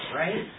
right